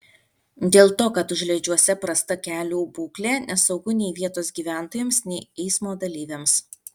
dėl to kad užliedžiuose prasta kelių būklė nesaugu nei vietos gyventojams nei eismo dalyviams